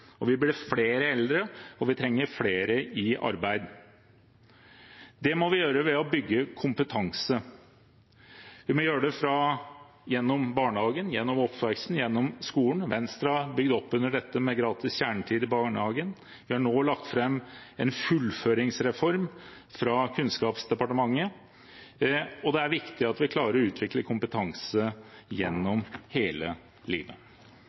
og at vi blir flere eldre og trenger flere i arbeid. Det må vi møte ved å bygge kompetanse. Vi må gjøre det fra barnehagen, gjennom oppveksten, gjennom skolen. Venstre har bygd opp under dette med gratis kjernetid i barnehagen. Vi har nå lagt fram en fullføringsreform fra Kunnskapsdepartementet. Det er viktig at vi klarer å utvikle kompetanse gjennom hele livet.